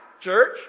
church